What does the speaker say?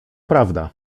prawda